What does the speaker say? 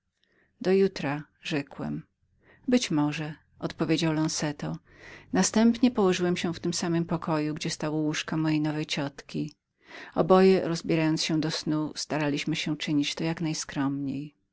do jutra rzekłem być może odpowiedział lonzeto następnie położyłem się w tym samym pokoju gdzie stało łóżko mojej nowej ciotki i zasunąwszy firanki zasnąłem nazajutrz ciotka moja